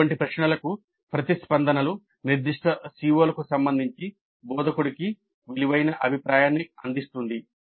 అటువంటి ప్రశ్నలకు ప్రతిస్పందనలు నిర్దిష్ట CO లకు సంబంధించి బోధకుడికి విలువైన అభిప్రాయాన్ని అందిస్తుంది